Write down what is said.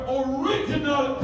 original